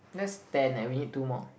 that's ten leh we need two more